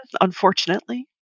unfortunately